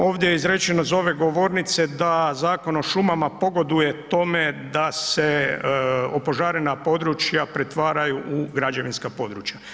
Ovdje je izrečeno, s ove govornice da Zakon o šumama pogoduje tome da se opožarena područja pretvaraju u građevinska područja.